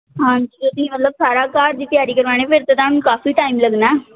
ਹਾਂਜੀ ਤੁਸੀਂ ਮਤਲਬ ਸਾਰਾ ਘਰ ਦੀ ਤਿਆਰੀ ਕਰਵਾਉਣੇ ਫਿਰ ਤਾਂ ਤੁਹਾਨੂੰ ਕਾਫੀ ਟਾਈਮ ਲੱਗਣਾ